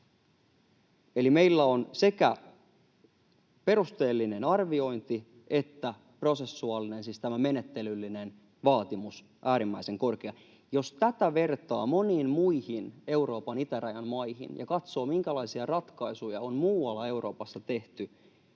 Eli meillä ovat sekä perusteellinen arviointi että prosessuaalinen, siis tämä menettelyllinen, vaatimus äärimmäisen korkeita. Jos tätä vertaa moniin muihin Euroopan itärajan maihin ja katsoo, minkälaisia ratkaisuja on muualla Euroopassa tehty,